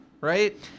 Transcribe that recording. right